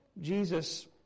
Jesus